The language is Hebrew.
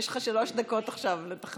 יש לך שלוש דקות לתכנן.